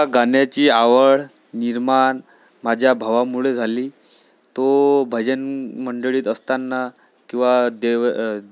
मला गाण्याची जी आवड निर्माण माझ्या भावामुळे झाली तो भजन मंडळीत असताना किंवा देव